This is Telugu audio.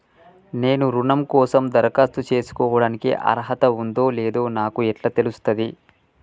నేను రుణం కోసం దరఖాస్తు చేసుకోవడానికి అర్హత ఉందో లేదో నాకు ఎట్లా తెలుస్తది?